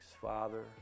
Father